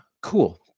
Cool